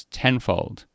tenfold